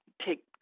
Take